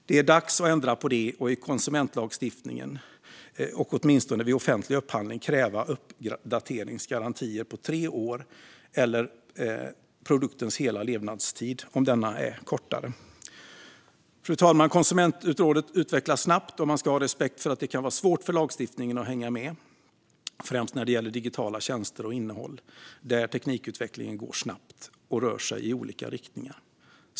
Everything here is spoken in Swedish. Det är dags att ändra på det och i konsumentlagstiftningen och åtminstone vid offentlig upphandling kräva uppdateringsgarantier på tre år eller produktens hela levnadstid om denna är kortare. Fru talman! Konsumentområdet utvecklas snabbt, och man ska ha respekt för att det kan vara svårt för lagstiftningen att hänga med - främst när det gäller digitala tjänster och digitalt innehåll, där teknikutvecklingen går snabbt och rör sig i olika riktningar.